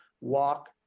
walk